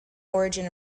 origin